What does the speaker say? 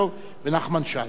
נחמן שי.